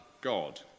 God